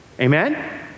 Amen